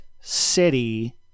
city